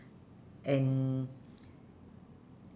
and